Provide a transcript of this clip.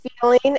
feeling